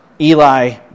Eli